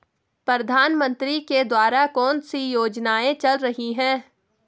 प्रधानमंत्री के द्वारा कौनसी योजनाएँ चल रही हैं?